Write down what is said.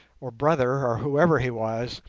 or brother, or whoever he was,